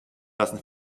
lassen